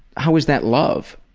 how is that love?